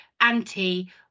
anti